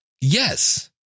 yes